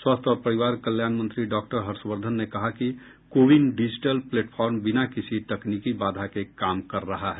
स्वास्थ्य और परिवार कल्याण मंत्री डॉक्टर हर्षवर्दधन ने कहा कि कोविन डिजिटल प्लेटफॉर्म बिना किसी तकनीकी बाधा के काम कर रहा है